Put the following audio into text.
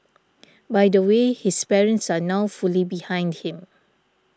by the way his parents are now fully behind him